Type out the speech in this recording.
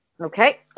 Okay